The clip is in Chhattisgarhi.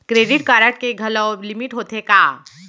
क्रेडिट कारड के घलव लिमिट होथे का?